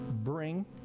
bring